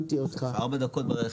ארבע דקות ברכב.